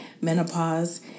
menopause